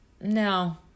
No